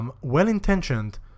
well-intentioned